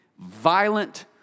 Violent